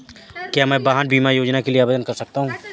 क्या मैं वाहन बीमा योजना के लिए आवेदन कर सकता हूँ?